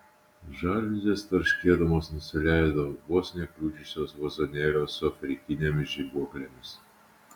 žaliuzės tarškėdamos nusileido vos nekliudžiusios vazonėlio su afrikinėmis žibuoklėmis